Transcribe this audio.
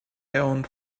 owned